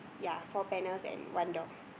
ya four panels and one door